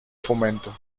fomento